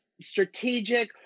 strategic